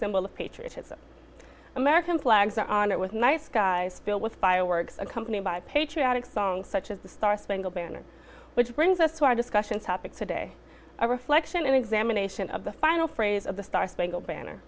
symbol of patriotism american flags are honored with nice guys filled with fireworks accompanied by a patriotic song such as the star spangled banner which brings us to our discussion topic today a reflection an examination of the final phrase of the star spangled banner